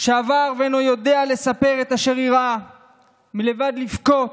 שעבר ואינו יודע לספר את אשר אירע מלבד לבכות